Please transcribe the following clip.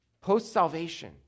post-salvation